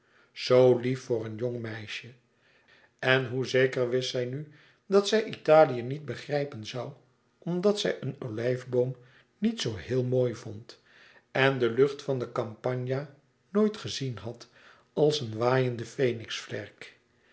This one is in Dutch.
zoo lief voor een jong meisje en hoe zeker wist zij nu dat zij italië niet begrijpen zoû omdat zij een olijfboom nu niet zoo heel mooi vond en de lucht van de campagna nooit gezien had als een waaiende